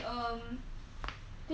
ya 我又不是 finance 的